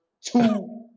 Two